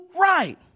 right